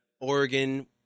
Oregon